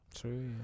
True